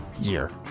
year